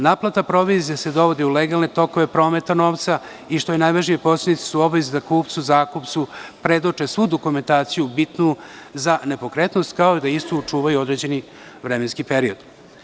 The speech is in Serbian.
Naplata provizije se dovodi u legalne tokove prometa novca i, što je najvažnije, posrednici su u obavezi da kupcu, zakupcu predoče svu dokumentaciju bitnu za nepokretnost, kao i da istu čuvaju određeni vremenski period.